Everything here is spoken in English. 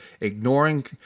ignoring